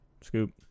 Scoop